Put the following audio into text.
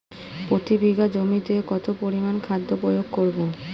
প্রতি বিঘা জমিতে কত পরিমান খাদ্য প্রয়োগ করব?